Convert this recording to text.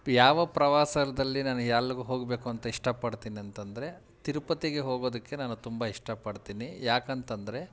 ಯಾವ ಪ್ರವಾಸದಲ್ಲಿ ನನಗೆ ಎಲ್ಲಿಗ್ ಹೋಗಬೇಕು ಅಂತ ಇಷ್ಟಪಡ್ತೀನಿ ಅಂತಂದರೆ ತಿರುಪತಿಗೆ ಹೋಗೋದಕ್ಕೆ ನಾನು ತುಂಬ ಇಷ್ಟಪಡ್ತೀನಿ ಯಾಕಂತಂದರೆ